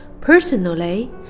Personally